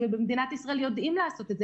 ובמדינת ישראל יודעים לעשות את זה.